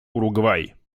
уругвай